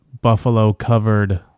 buffalo-covered